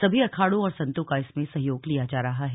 सभी अखाड़ों और सन्तों का इसमें सहयोग लिया जा रहा है